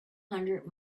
hundred